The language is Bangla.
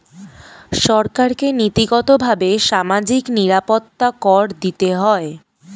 সরকারকে নীতিগতভাবে সামাজিক নিরাপত্তা কর দিতে হয়